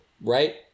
right